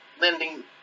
lending